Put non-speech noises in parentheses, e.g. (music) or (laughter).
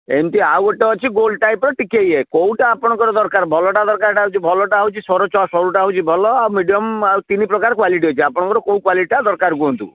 ଏମିତି ଆଉ ଗୋଟେ ଅଛି ଗୋଲ ଟାଇପ୍ର ଟିକିଏ ଇଏ କେଉଁଟା ଆପଣଙ୍କର ଦରକାର ଭଲଟା ଦରକାର (unintelligible) ଭଲଟା ହେଉଛି ସରୁଟା ହେଉଛି ଭଲ ଆଉ ମିଡ଼ିୟମ ଆଉ ତିନିପ୍ରକାର କ୍ୱାଲିଟି ଅଛି ଆପଣଙ୍କର କେଉଁ କ୍ୱାଲିଟିଟା ଦରକାର କୁହନ୍ତୁ